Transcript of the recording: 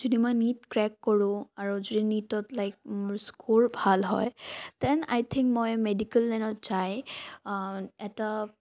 যদি মই NEET crack কৰোঁ আৰু যদি নীটত লাইক মোৰ স্ক'ৰ ভাল হয় দেন আই থিংক মই মেডিকেল লাইনত যাই এটা